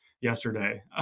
yesterday